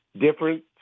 different